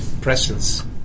Presence